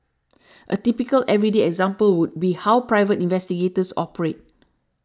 a typical everyday example would be how private investigators operate